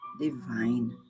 divine